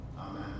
Amen